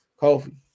Kofi